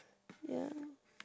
ya